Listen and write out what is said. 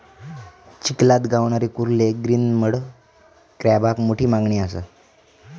चिखलात गावणारे कुर्ले ग्रीन मड क्रॅबाक मोठी मागणी असा